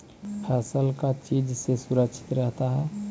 फसल का चीज से सुरक्षित रहता है?